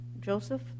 Joseph